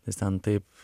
nes ten taip